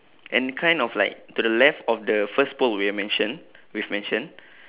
and kind of like to the left of the first pole we have mention we have mention